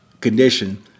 condition